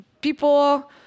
people